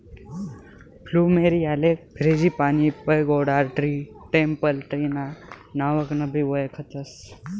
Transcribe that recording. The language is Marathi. फ्लुमेरीयाले frangipani, pagoda tree, temple tree ना नावकनबी वयखतस